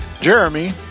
jeremy